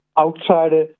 outside